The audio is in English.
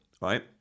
right